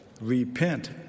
Repent